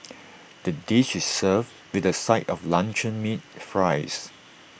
the dish is served with A side of luncheon meat fries